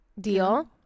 deal